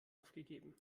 aufgegeben